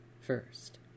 first